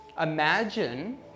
Imagine